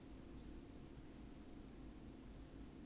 no her hips are very big